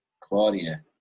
Claudia